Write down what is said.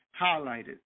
highlighted